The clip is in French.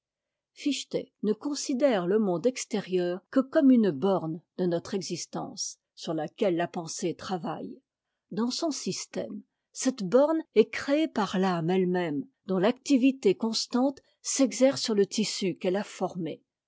fichte ne considère le monde extérieur que comme une borne de notre existence sur laquelle la pensée travaille dans son système cette borne est créée par l'âme eue meme dont l'activité constante s'exercer sur le tissu qu'elle a formé